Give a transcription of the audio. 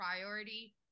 priority